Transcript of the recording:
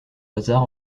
hasard